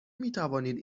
میتوانید